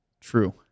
true